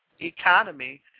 economy